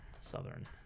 Southern